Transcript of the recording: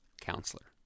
counselor